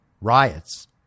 riots